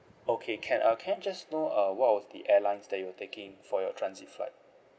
okay can uh can I just know uh what was the airlines that you were taking for your transit flight